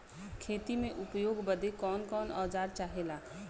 खेती में उपयोग बदे कौन कौन औजार चाहेला?